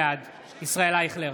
בעד ישראל אייכלר,